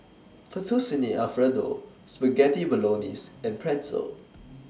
Fettuccine Alfredo Spaghetti Bolognese and Pretzel